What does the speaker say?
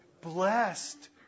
Blessed